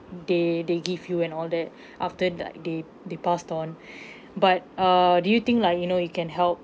they they give you and all that after like they they passed on but err do you think like you know it can help